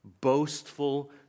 boastful